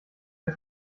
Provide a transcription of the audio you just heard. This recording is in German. als